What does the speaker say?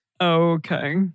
Okay